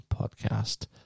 podcast